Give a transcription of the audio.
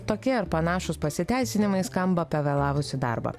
tokie ir panašūs pasiteisinimai skamba pavėlavus į darbą